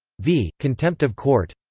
v. contempt of court,